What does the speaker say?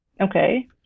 Okay